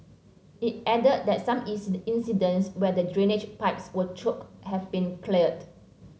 it added that some incidents where the drainage pipes were choked have been cleared